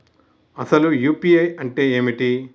అసలు యూ.పీ.ఐ అంటే ఏమిటి?